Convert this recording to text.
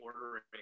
ordering